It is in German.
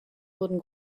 wurden